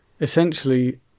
essentially